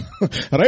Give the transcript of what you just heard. Right